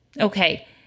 Okay